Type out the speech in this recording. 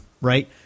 Right